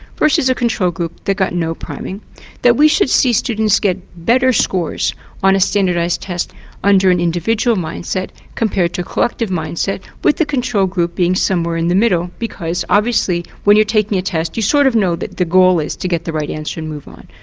versus a control group that got no priming that we should see students get better scores on a standardised test under an individual mindset compared to a collective mindset with the control group being somewhere in the middle, because obviously when you are taking a test you sort of know what the goal is to get the right answer and move on.